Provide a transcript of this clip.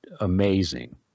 amazing